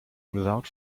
without